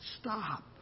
Stop